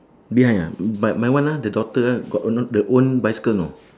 behind ah mm but my one ah the daughter ah got own the own bicycle you know